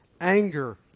anger